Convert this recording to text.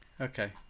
Okay